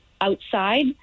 outside